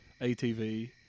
ATV